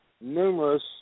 Numerous